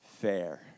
fair